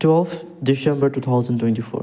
twelve December two thousand twenty four